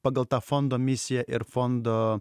pagal tą fondo misiją ir fondo